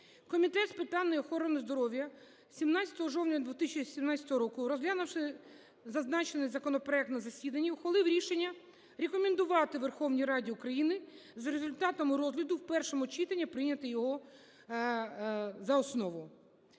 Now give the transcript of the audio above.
Комітет з питань охорони здоров'я 17 жовтня 2017 року, розглянувши зазначений законопроект на засіданні, ухвалив рішення рекомендувати Верховній Раді України за результатами розгляну у першому читання прийняти його за основу.